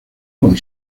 con